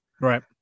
Right